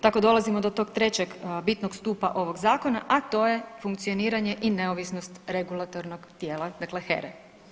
Tako dolazimo do tog trećeg bitnog stupa ovog zakona, a to je funkcioniranje i neovisnost regulatornog tijela, dakle HERE.